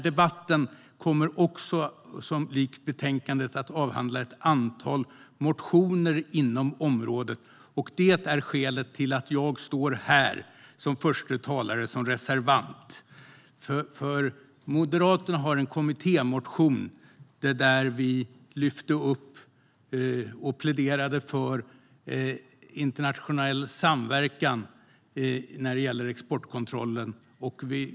Debatten kommer också, likt betänkandet, att avhandla ett antal motioner inom området, och det är skälet till att jag står här som förste talare och reservant. Moderaterna har en kommittémotion där vi lyfter upp och pläderar för internationell samverkan vad gäller exportkontroll.